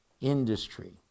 industry